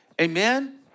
Amen